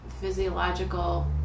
physiological